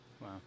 Wow